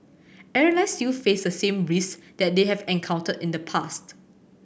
airlines still face the same risk that they have encountered in the past